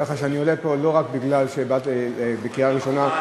ככה שאני עולה לפה לא רק בגלל שבאתי לקריאה ראשונה,